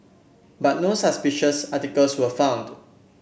but no suspicious articles were found